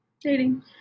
Dating